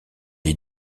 est